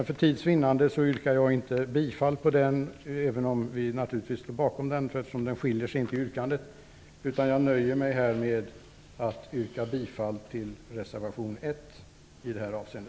För tids vinnande yrkar jag inte bifall till den reservationen, även om vi naturligtvis står bakom den - den skiljer sig inte i fråga om yrkandet. Jag nöjer mig här med att yrka bifall till reservation 1 i detta avseende.